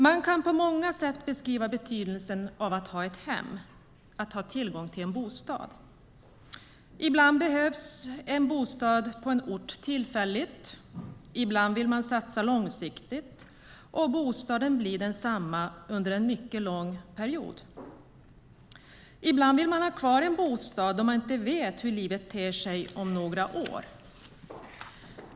Man kan på många sätt beskriva betydelsen av att ha ett hem, att ha tillgång till en bostad. Ibland behöver man bostad på en ort tillfälligt. Ibland vill man satsa långsiktigt, och bostaden blir densamma under en mycket lång period. Ibland vill man ha kvar en bostad då man inte vet hur livet ter sig om några år.